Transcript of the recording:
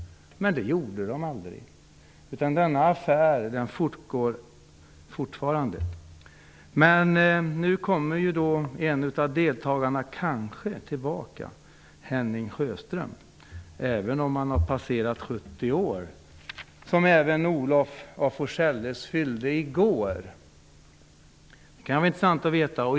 Men det gjorde man aldrig, utan denna affär pågår fortfarande. Nu kommer en av deltagarna kanske tillbaka, Henning Sjöström, även om han har passerat 70 år, som även Olof af Forselles fyllde i går. Det kan vara intressant att veta.